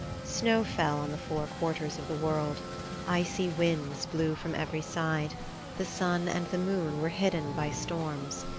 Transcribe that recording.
snow fell on the four quarters of the world icy winds blew from every side the sun and the moon were hidden by storms.